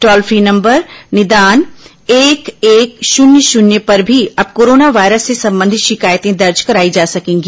toll free number निदान एक एक शून्य शून्य पर भी अब कोरोना वायरस से संबंधित शिकायतें दर्ज कराई जा सकेंगी